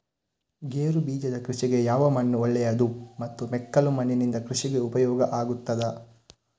ಗೇರುಬೀಜದ ಕೃಷಿಗೆ ಯಾವ ಮಣ್ಣು ಒಳ್ಳೆಯದು ಮತ್ತು ಮೆಕ್ಕಲು ಮಣ್ಣಿನಿಂದ ಕೃಷಿಗೆ ಉಪಯೋಗ ಆಗುತ್ತದಾ?